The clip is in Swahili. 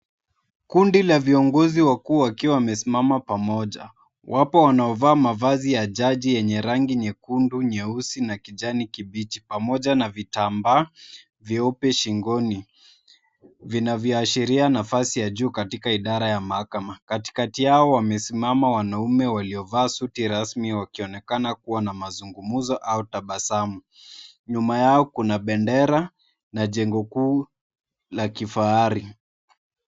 Kundi la viongozi wakuu wakiwa wamesimama pamoja. Wapo wanaovaa mavazi ya jaji yenye rangi nyekundu, nyeusi na kijani kibichi pamoja na vitambaa vyeupe shingoni vinavyoashiria nafasi ya juu katika idara ya mahakama. Katikati yao wamesimama wanaume waliovaa suti rasmi wakionekana kuwa na mazungumzo au tabasamu. Nyuma yao kuna bendera na jengo kuu la kifahari.